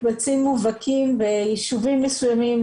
מקבצים מובהקים ומיושבים מסוימים,